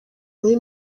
muri